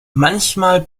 manchmal